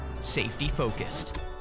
safety-focused